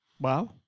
Wow